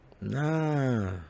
nah